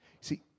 See